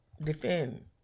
defend